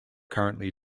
currently